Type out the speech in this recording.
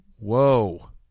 Whoa